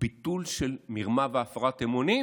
ביטול של מרמה והפרת אמונים